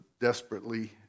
desperately